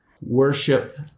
worship